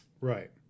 Right